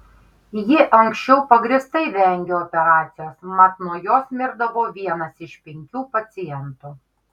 ji anksčiau pagrįstai vengė operacijos mat nuo jos mirdavo vienas iš penkių pacientų